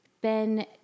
Ben